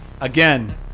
again